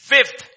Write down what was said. Fifth